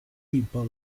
people